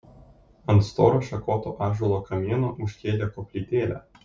ant storo šakoto ąžuolo kamieno užkėlė koplytėlę